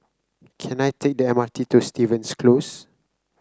can I take the M R T to Stevens Close